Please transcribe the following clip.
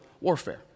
warfare